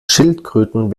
schildkröten